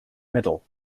middle